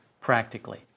practically